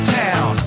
town